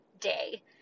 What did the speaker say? day